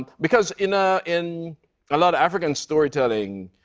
because in ah in a lot of african storytelling,